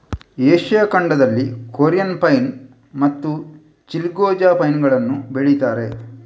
Asia ಖಂಡದಲ್ಲಿ Korean pine ಮತ್ತೆ chilgoza pine ಗಳನ್ನ ಬೆಳೀತಾರೆ